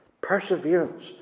Perseverance